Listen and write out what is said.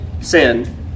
sin